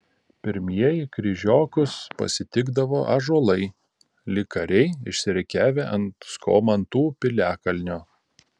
pirmieji kryžiokus pasitikdavo ąžuolai lyg kariai išsirikiavę ant skomantų piliakalnio